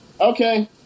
Okay